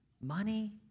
money